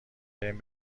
بریم